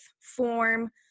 form